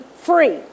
free